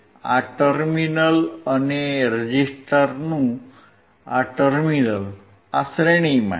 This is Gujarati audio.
આ ટર્મિનલ અને રેઝિસ્ટરનું આ ટર્મિનલ આ શ્રેણીમાં છે